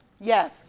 Yes